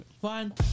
fine